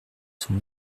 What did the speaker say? son